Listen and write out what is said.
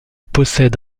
possède